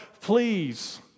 please